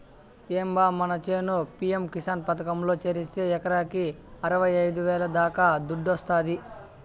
ఏం బా మన చేను పి.యం కిసాన్ పథకంలో చేరిస్తే ఎకరాకి అరవైఐదు వేల దాకా దుడ్డొస్తాది